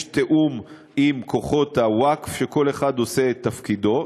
יש תיאום עם כוחות הווקף, וכל אחד עושה את תפקידו.